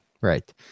right